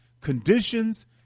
conditions